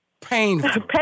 Painful